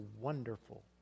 wonderful